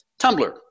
Tumblr